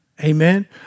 Amen